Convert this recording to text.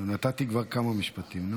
נתתי כבר כמה משפטים.